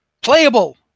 playable